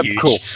cool